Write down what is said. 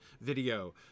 video